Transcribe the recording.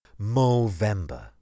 Movember